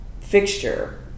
fixture